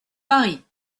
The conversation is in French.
paris